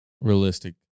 realistic